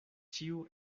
ĉiu